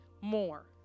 more